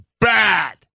bad